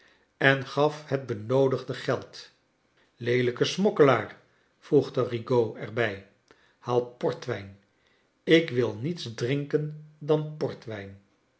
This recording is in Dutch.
en gaf het benoodigde geld leelijke smokkelaaiy vcegde rigaud er bij haal port wijn ik wil niets drinken dan portwijn